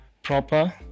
proper